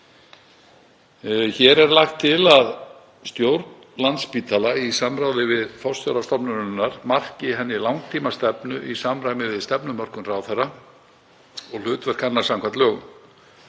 Hér er lagt til að stjórn Landspítala, í samráði við forstjóra stofnunarinnar, marki henni langtímastefnu í samræmi við stefnumörkun ráðherra og hlutverk hennar samkvæmt lögum.